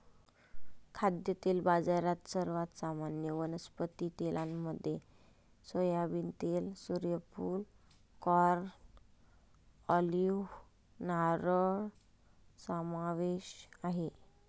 खाद्यतेल बाजारात, सर्वात सामान्य वनस्पती तेलांमध्ये सोयाबीन तेल, सूर्यफूल, कॉर्न, ऑलिव्ह, नारळ समावेश आहे